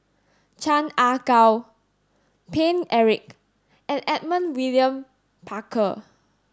Chan Ah Kow Paine Eric and Edmund William Barker